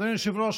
אדוני היושב-ראש,